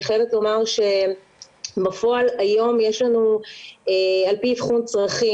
אני חייבת לומר שבפועל היום יש לנו על פי אבחון צרכים,